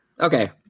Okay